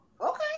okay